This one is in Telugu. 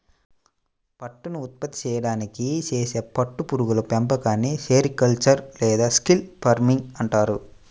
పట్టును ఉత్పత్తి చేయడానికి చేసే పట్టు పురుగుల పెంపకాన్ని సెరికల్చర్ లేదా సిల్క్ ఫార్మింగ్ అంటారు